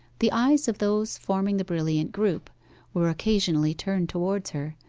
the eyes of those forming the brilliant group were occasionally turned towards her,